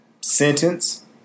sentence